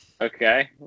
Okay